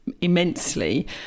immensely